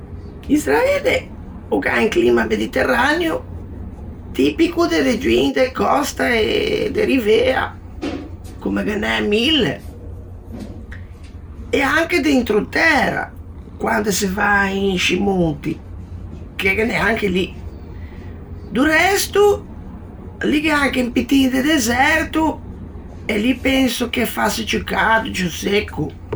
Israele o gh'à un climma mediterraneo, tipico de regioin de còsta e de rivea, comme ghe n'é mille, e anche de introtæra, quande se va in scî monti, che ghe n'é anche lì. Do resto, lì gh'é anche un pittin de deserto, e lì penso che fasse ciù cado, ciù secco.